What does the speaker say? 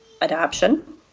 adoption